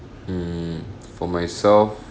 mm for myself